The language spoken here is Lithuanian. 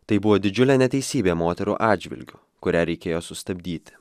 tai buvo didžiulė neteisybė moterų atžvilgiu kurią reikėjo sustabdyti